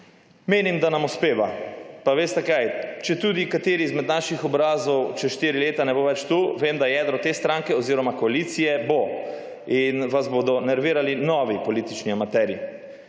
Menim, da nam uspeva. Pa veste kaj, četudi kateri izmed naših obrazov čez štiri leta ne bo več tu, vem da jedro te stranke oziroma koalicije bo in vas bodo nervirali novi politični amaterji.